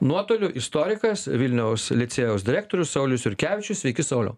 nuotoliu istorikas vilniaus licėjaus direktorius saulius jurkevičius sveiki sauliau